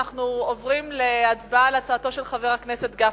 אנחנו עוברים להצבעה על הצעתו של חבר הכנסת גפני,